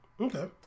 Okay